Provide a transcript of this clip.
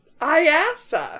IASA